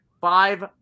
five